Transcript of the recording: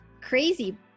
crazy